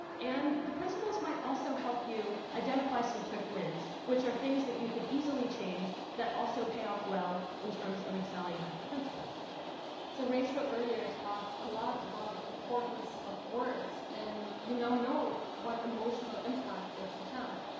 and the principles might also help you identify some quick wins, which are things that you could easily change that also pay off well in terms of excelling at the principles. helena roeber so rachel earlier talked a lot about the importance of words, and you now know what emotional impact they can have.